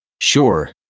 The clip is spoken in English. Sure